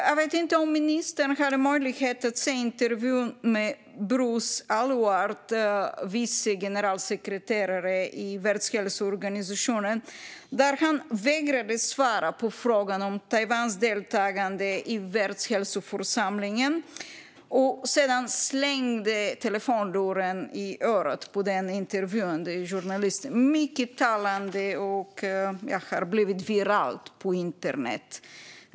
Jag vet inte om ministern har möjlighet att se intervjun med Bruce Aylward, vice generalsekreterare i Världshälsoorganisationen, där han vägrar svara på frågan om Taiwans deltagande i Världshälsoförsamlingen och sedan slänger telefonluren i örat på den intervjuande journalisten. Det är mycket talande, och det klippet har blivit viralt på internet.